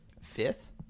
Fifth